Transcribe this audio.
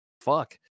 fuck